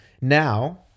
Now